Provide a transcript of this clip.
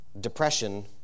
depression